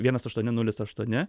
vienas aštuoni nulis aštuoni